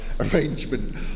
arrangement